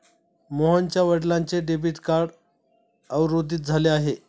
मोहनच्या वडिलांचे debit card अवरोधित झाले आहे